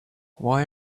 why